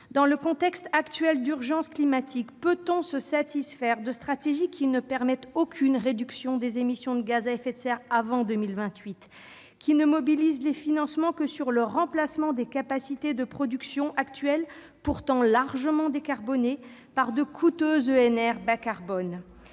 Dans le contexte actuel d'urgence climatique, peut-on se satisfaire de stratégies qui ne permettent aucune réduction des émissions de gaz à effet de serre avant 2028 et ne mobilisent les financements que pour le remplacement des capacités de production actuelles, pourtant largement décarbonées, par de coûteuses ENR bas-carbone ?